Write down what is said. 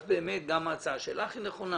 אז באמת גם ההצעה שלך היא נכונה